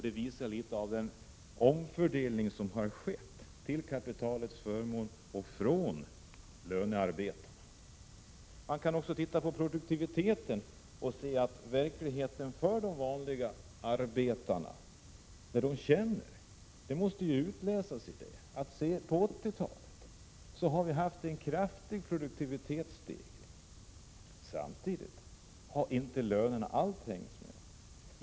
Det visar litet av den omfördelning som har skett till kapitalets förmån och från lönearbetarna. Man kan också se på produktivitetsutvecklingen. Verkligheten för de vanliga arbetarna måste kunna utläsas i det som har skett. På 1980-talet har vi haft en kraftig produktivitetsstegring. Samtidigt har lönerna inte alls hängt med.